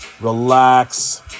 relax